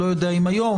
אני לא יודע אם היום,